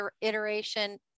iteration